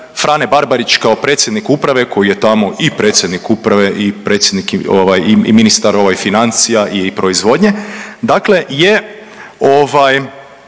Frane Barbarić kao predsjednik uprave koji je tamo i predsjednik uprave, i ministar financija i proizvodnje dakle je,